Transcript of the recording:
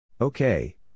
okay